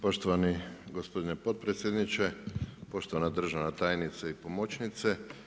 Poštovani gospodine potpredsjedniče, poštovana državna tajnice i pomoćnice.